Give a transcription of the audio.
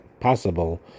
possible